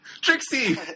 Trixie